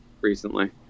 recently